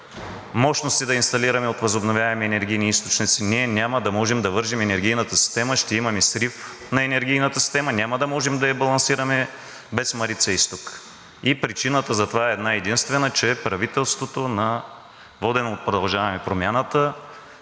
мощности да инсталираме от възобновяеми енергийни източници, ние няма да можем да вържем енергийната система – ще имаме срив на енергийната система, няма да можем да я балансираме без „Марица изток“ и причината за това е една-единствена, че правителството, водено от „Продължаваме Промяната“,